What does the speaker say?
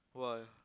!wah!